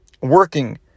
working